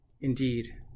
Indeed